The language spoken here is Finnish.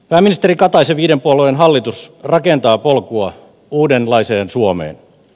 pääministeri kataisen viiden puolueen hallitus rakentaa polkua uudenlaiseen suomeen